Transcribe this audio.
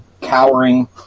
cowering